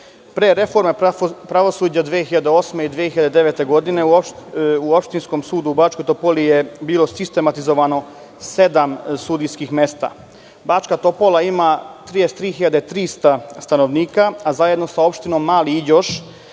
reforme pravosuđa 2008. i 2009. godine u opštinskom sudu u Bačkoj Topoli je bilo sistematizovano sedam sudijskim mesta. Bačka Topola ima 33.300 stanovnika, a zajedno sa opštinom Mali Iđoš,